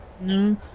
No